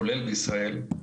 כולל בישראל.